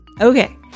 Okay